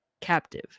captive